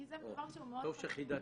כי זה דבר שהוא מאוד חשוב.